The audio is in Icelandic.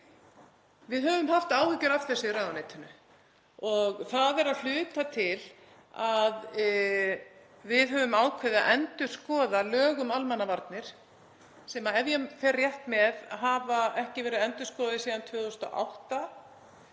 Við höfum haft áhyggjur af þessu í ráðuneytinu og það er að hluta til þess vegna sem við höfum ákveðið að endurskoða lög um almannavarnir sem, ef ég fer rétt með, hafa ekki tekið breytingum síðan 2008.